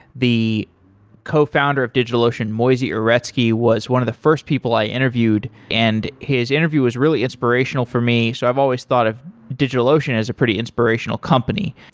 the co-founder of digitalocean moisey uretsky was one of the first people i interviewed and his interview was really inspirational for me, so i've always thought of digitalocean as a pretty inspirational company.